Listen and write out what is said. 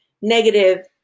negative